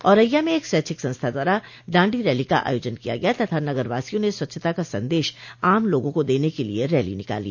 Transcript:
औरैया में एक स्वैच्छिक संस्था द्वारा डांडी रैली का आयोजन किया गया तथा नगर वासियों ने स्वच्छता का संदेश आम लोगों को देने के लिये रैली निकाली